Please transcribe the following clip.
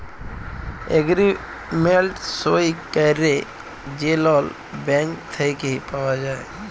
agreement সই ক্যইরে যে লল ব্যাংক থ্যাইকে পাউয়া যায়